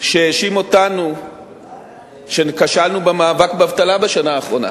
שהאשים אותנו שכשלנו במאבק באבטלה בשנה האחרונה.